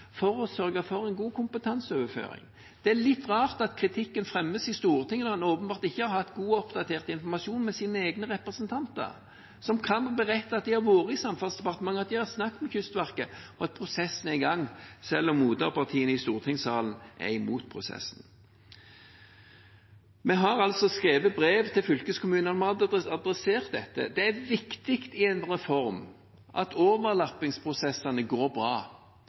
for å sørge for en god kompetanseoverføring. Det er litt rart at kritikken fremmes i Stortinget når en åpenbart ikke har hatt god og oppdatert informasjon fra sine egne representanter, som kan berette at de har vært i Samferdselsdepartementet, at de har snakket med Kystverket, og at prosessen er i gang, selv om moderpartiene i stortingssalen er imot den. Vi har altså skrevet brev til fylkeskommunene, vi har adressert dette. Det er viktig i en reform at overlappingsprosessene går bra.